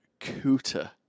cooter